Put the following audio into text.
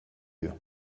you